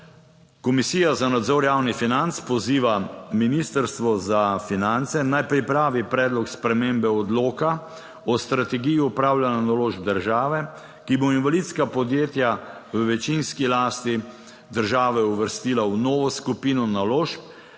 "Komisija za nadzor javnih financ poziva Ministrstvo za finance, naj pripravi predlog spremembe Odloka o strategiji upravljanja naložb države, ki bo invalidska podjetja v večinski lasti države uvrstila v novo skupino naložb,